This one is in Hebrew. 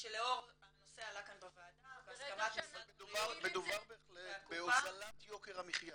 שלאור הנושא עלה כאן בוועדה בהסכמת -- מדובר בהחלט בהוזלת יוקר המחייה.